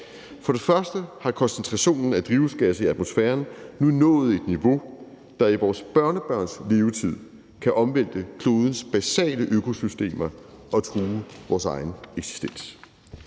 For det første har koncentrationen af drivhusgasser i atmosfæren nu nået et niveau, der i vores børnebørns levetid kan omvælte klodens basale økosystemer og true vores egen eksistens.